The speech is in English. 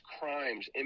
crimes